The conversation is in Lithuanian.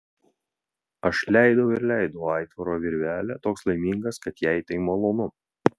aš leidau ir leidau aitvaro virvelę toks laimingas kad jai tai malonu